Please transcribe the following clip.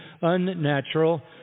unnatural